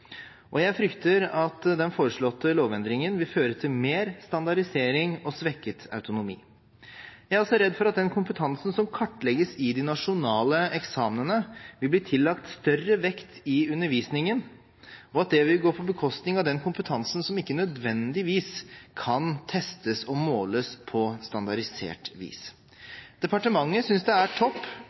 høringsinstansene. Jeg frykter at den foreslåtte lovendringen vil føre til mer standardisering og svekket autonomi. Jeg er også redd for at den kompetansen som kartlegges i de nasjonale eksamenene, vil bli tillagt større vekt i undervisningen, og at det vil gå på bekostning av den kompetansen som ikke nødvendigvis kan testes og måles på standardisert vis. Departementet synes det er topp